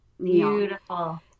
Beautiful